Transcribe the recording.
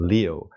Leo